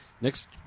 next